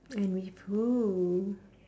and with who